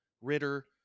Ritter